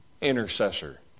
intercessor